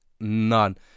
None